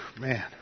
man